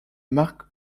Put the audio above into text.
marc